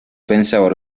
pensador